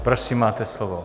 Prosím, máte slovo.